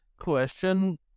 question